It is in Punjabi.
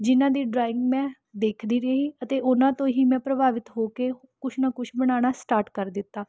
ਜਿਨ੍ਹਾਂ ਦੀ ਡਰਾਇੰਗ ਮੈਂ ਦੇਖਦੀ ਰਹੀ ਅਤੇ ਉਨ੍ਹਾਂ ਤੋਂ ਹੀ ਮੈਂ ਪ੍ਰਭਾਵਿਤ ਹੋ ਕੇ ਕੁਛ ਨਾ ਕੁਛ ਬਣਾਉਣਾ ਸਟਾਰਟ ਕਰ ਦਿੱਤਾ